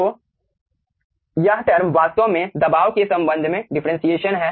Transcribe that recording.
तो यह टर्म वास्तव में दबाव के संबंध में डिफ्रेंटिएशन है